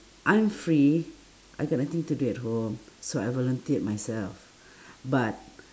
I'm free I got nothing to do at home so I volunteered myself but